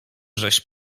żeś